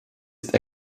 ist